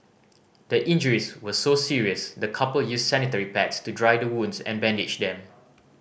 the injuries were so serious the couple used sanitary pads to dry the wounds and bandage them